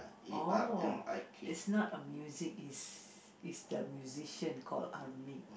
oh it's not a music it's it's the musician call Armik